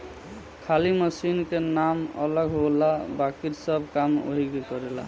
खाली मशीन के नाम अलग होला बाकिर सब काम ओहीग करेला